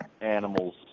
animals